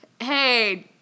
Hey